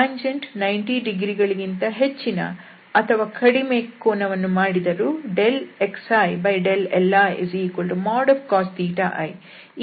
tangent 90 ಡಿಗ್ರಿಗಳಿಗಿಂತ ಹೆಚ್ಚಿನ ಅಥವಾ ಕಡಿಮೆ ಕೋನವನ್ನು ಮಾಡಿದರೂ xili|cos i | ಈ ಸಮೀಕರಣದ ಪೂರೈಕೆಯಾಗುತ್ತದೆ